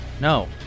No